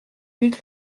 but